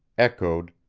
echoed,